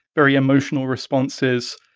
very emotional responses,